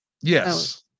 Yes